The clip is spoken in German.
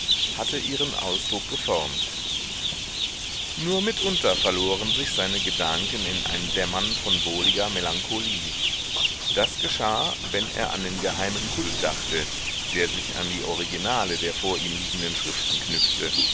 hatte ihren ausdruck geformt nur mitunter verloren sich seine gedanken in ein dämmern von wohliger melancholie das geschah wenn er an den geheimen kult dachte der sich an die originale der vor ihm liegenden schriften knüpfte